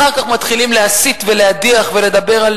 אחר כך מתחילים להסית ולהדיח ולדבר על